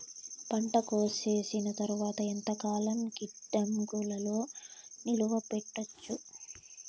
పంట కోసేసిన తర్వాత ఎంతకాలం గిడ్డంగులలో నిలువ పెట్టొచ్చు?